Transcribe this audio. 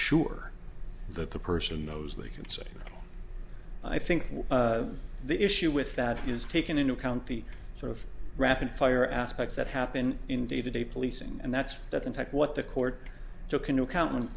sure that the person knows they can say i think the issue with that is taken into account the sort of rapid fire aspect that happen in day to day policing and that's that in fact what the court took into account